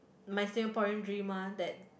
my Singaporean dream lah that